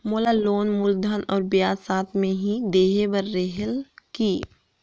मोर loan मूलधन और ब्याज साथ मे ही देहे बार रेहेल की?